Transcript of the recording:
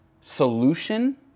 solution